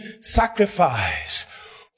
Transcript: sacrifice